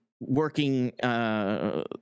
working –